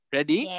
Ready